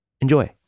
Enjoy